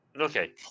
Okay